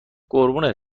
قربونتون